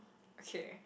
okay